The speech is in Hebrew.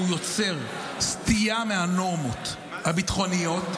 שהוא יוצר סטייה מהנורמות הביטחוניות,